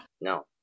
No